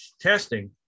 testing